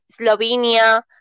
slovenia